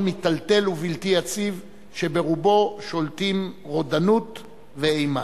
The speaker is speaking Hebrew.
מיטלטל ובלתי יציב שברובו שולטים רודנות ואימה.